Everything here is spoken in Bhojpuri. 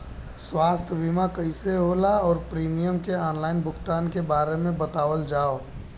स्वास्थ्य बीमा कइसे होला और प्रीमियम के आनलाइन भुगतान के बारे में बतावल जाव?